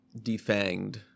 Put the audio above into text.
defanged